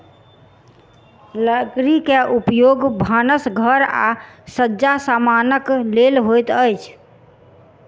लकड़ी के उपयोग भानस घर आ सज्जा समानक लेल होइत अछि